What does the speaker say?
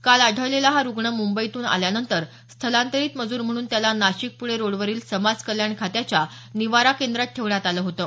काल आढळलेला हा रुग्ण मुंबईतून आल्यानतंर स्थलांतरीत मजूर म्हणून त्याला नाशिक पुणे रोडवरील समाज कल्याण खात्याच्या निवारा केंद्रात ठेवण्यात आलं होतं